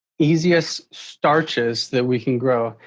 easiest starches that we can grow.